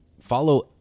follow